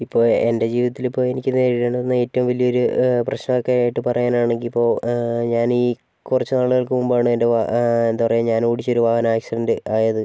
ഇപ്പോൾ എൻ്റെ ജീവിതത്തിൽ ഇപ്പോൾ എനിക്ക് നേരിടേണ്ടി വന്ന ഏറ്റവും വലിയൊരു പ്രശ്നം ഒക്കെ ആയിട്ട് പറയാനാണെങ്കിൽ ഇപ്പോൾ ഞാൻ ഈ കുറച്ചു നാളുകൾക്ക് മുമ്പാണ് എന്റെ എന്താണ് പറയുക ഞാൻ ഓടിച്ച ഒരു വാഹനം ആക്സിഡന്റ് ആയത്